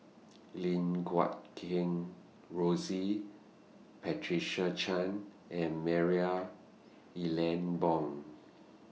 Lim Guat Kheng Rosie Patricia Chan and Marie Ethel Bong